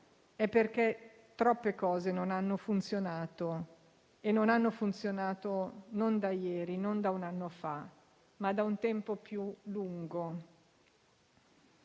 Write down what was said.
è perché troppe cose non hanno funzionato, e non da ieri, non da un anno fa, ma da un tempo più lungo.